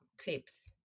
clips